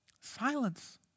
Silence